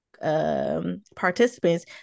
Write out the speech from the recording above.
participants